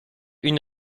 une